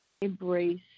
embrace